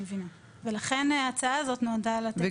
אני מבינה ולכן ההצעה הזאת נועדה לתת אימאן ח'טיב יאסין (רע"מ,